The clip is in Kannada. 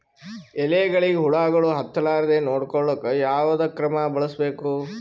ಎಲೆಗಳಿಗ ಹುಳಾಗಳು ಹತಲಾರದೆ ನೊಡಕೊಳುಕ ಯಾವದ ಕ್ರಮ ಬಳಸಬೇಕು?